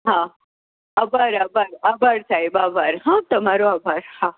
હા આભાર આભાર સાહેબ આભાર હ તમારો આભાર હા